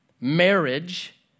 marriage